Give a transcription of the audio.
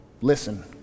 listen